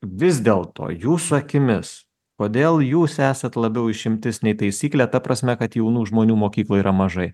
vis dėlto jūsų akimis kodėl jūs esat labiau išimtis nei taisyklė ta prasme kad jaunų žmonių mokykloj yra mažai